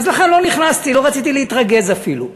אז לכן לא נכנסתי, לא רציתי להתרגז אפילו.